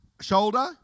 shoulder